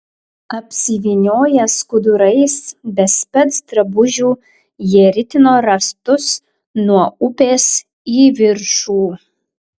apsivynioję skudurais be specdrabužių jie ritino rąstus nuo upės į viršų